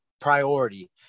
priority